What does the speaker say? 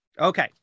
Okay